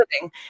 living